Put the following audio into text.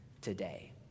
today